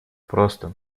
просто